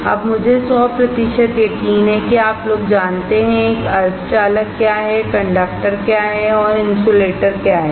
अब मुझे सौ प्रतिशत यकीन है कि आप लोग जानते हैं कि एक सेमीकंडक्टर क्या है कंडक्टर क्या है और इन्सुलेटरक्या है